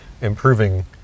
improving